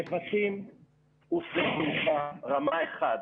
נבטים הוא שדה תעופה רמה 1,